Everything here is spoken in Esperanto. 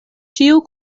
ĉiu